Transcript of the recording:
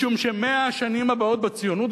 משום ש-100 השנים הבאות בציונות,